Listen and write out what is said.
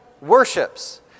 worships